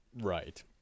Right